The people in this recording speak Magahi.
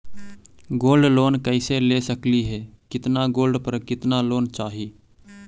गोल्ड लोन कैसे ले सकली हे, कितना गोल्ड पर कितना लोन चाही?